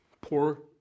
poor